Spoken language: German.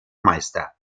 meister